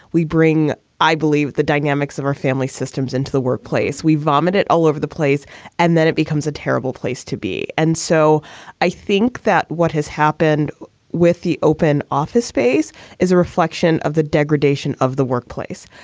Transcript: we bring, i believe, the dynamics of our family systems into the workplace. we vomited all over the place and then it becomes a terrible place to be. and so i think that what has happened with the open office space is a reflection of the degradation of the workplace.